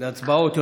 להצבעות,